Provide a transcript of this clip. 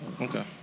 Okay